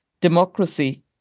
democracy